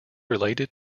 related